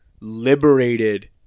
liberated